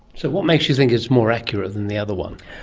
so what makes you think it's more accurate than the other one?